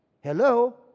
Hello